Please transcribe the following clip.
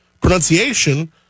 pronunciation